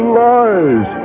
lies